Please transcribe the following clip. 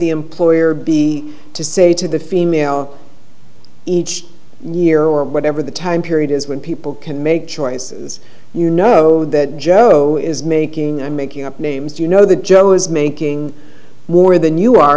the employer be to say to the female each year or whatever the time period is when people can make choices you know that joe is making making up names you know that joe is making more than you are